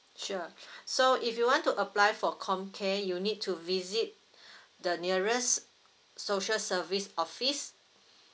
sure so if you want to apply for comcare you need to visit the nearest social service office